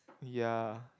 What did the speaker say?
ya